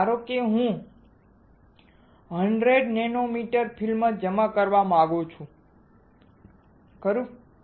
તો ધારો કે હું 100 નેનોમીટર ફિલ્મ જમા કરવા માંગુ છું ખરું